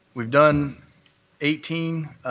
we've done eighteen.